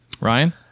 Ryan